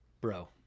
bro